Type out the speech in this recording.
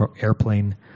airplane